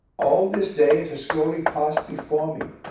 all this day it has slowly passed before me.